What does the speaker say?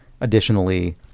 additionally